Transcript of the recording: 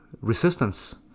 Resistance